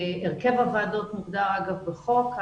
הרכב הוועדות מוגדר בחוק.